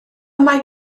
mae